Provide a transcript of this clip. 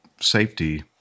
safety